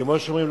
כמו שאומרים,